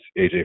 AJ